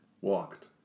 walked